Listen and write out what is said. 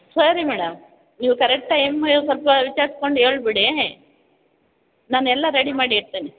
ಸರಿ ಮೇಡಮ್ ನೀವು ಕರೆಕ್ಟಾಗಿ ಹೆಂಗೆ ಮಾ ಸ್ವಲ್ಪ ವಿಚಾರ್ಸ್ಕೊಂಡು ಹೇಳ್ಬಿಡಿ ನಾನು ಎಲ್ಲ ರೆಡಿ ಮಾಡಿ ಇಡ್ತೀನಿ